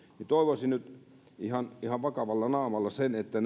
toivoisin nyt ihan ihan vakavalla naamalla että